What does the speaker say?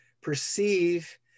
perceive